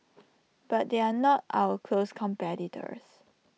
but they are not our close competitors